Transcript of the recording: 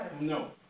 No